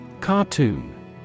Cartoon